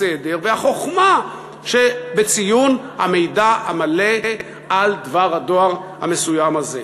הסדר והחוכמה שבציון המידע המלא על דבר הדואר המסוים הזה.